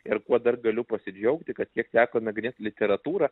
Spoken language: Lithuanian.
ir kuo dar galiu pasidžiaugti kad kiek teko nagrinėt literatūrą